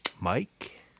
Mike